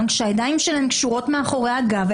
אבל כאשר הידיים שלהם קשורות מאחורי הגב,